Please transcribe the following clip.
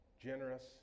Generous